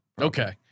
Okay